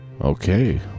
Okay